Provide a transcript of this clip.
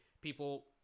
people